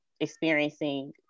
experiencing